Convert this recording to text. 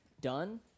done